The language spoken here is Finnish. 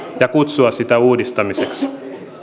ja kutsua sitä uudistamiseksi